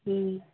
ᱦᱮᱸ